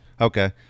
Okay